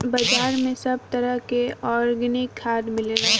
बाजार में सब तरह के आर्गेनिक खाद मिलेला